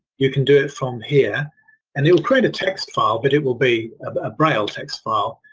you can do it from here and it will create a text file but it will be a braille text file,